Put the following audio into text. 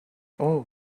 اوه